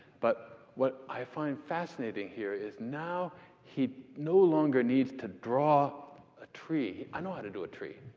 but what i find fascinating here is now he no longer needs to draw a tree. i know how to do a tree.